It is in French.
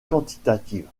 quantitative